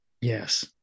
Yes